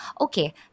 Okay